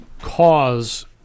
cause